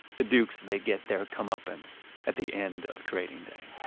the dukes, they get their comeuppance at the end of trading day